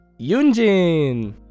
Yunjin